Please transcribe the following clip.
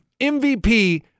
MVP